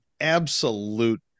absolute